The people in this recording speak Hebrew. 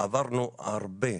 עברנו הרבה,